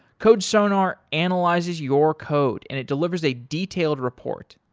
codesonar analyzes your code and it delivers a detailed report.